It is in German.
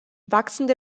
wachsende